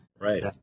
Right